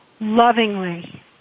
lovingly